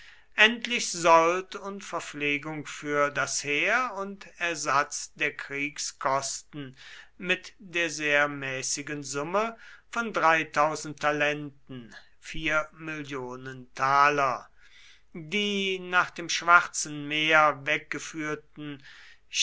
endlich sold und verpflegung für das heer und ersatz der kriegskosten mit der sehr mäßigen summe von talenten die nach dem schwarzen meer weggeführten